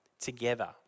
together